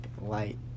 light